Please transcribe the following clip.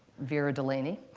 vera delaney,